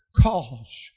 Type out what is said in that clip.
cause